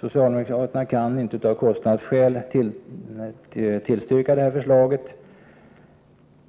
Socialdemokraterna kan av kostnadsskäl inte tillstyrka detta förslag.